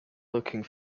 looking